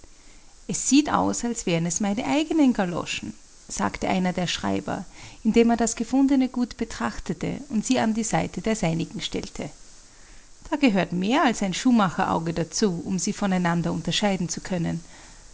es sieht aus als wären es meine eigenen galoschen sagte einer der schreiber indem er das gefundene gut betrachtete und sie an die seite der seinigen stellte da gehört mehr als ein schuhmacherauge dazu um sie von einander unterscheiden zu können